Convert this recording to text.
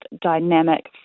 dynamic